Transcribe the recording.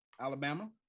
Alabama